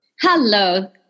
Hello